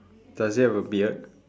does he have a beard